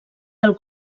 del